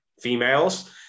females